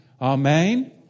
Amen